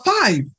five